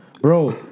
Bro